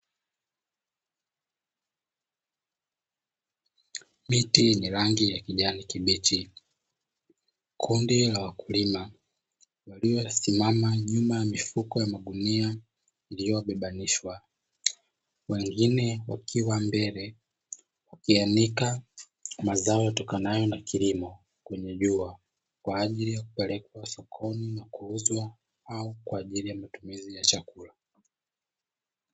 Miti yenye rangi ya kijani kibichi, kundi la wakulima lililo simama nyuma ya mifuko iliyobebanishwa, wengine wakiwa mbele wakianika mazao yatokanayo na kilimo kwenye jua, kwa ajili ya kupelekwa sokoni na kuuzwa au kwa ajili ya matumizi ya chakula.